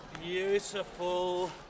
Beautiful